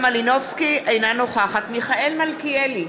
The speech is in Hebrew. אינה נוכחת מיכאל מלכיאלי,